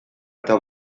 eta